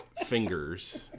fingers